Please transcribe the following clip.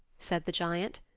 said the giant.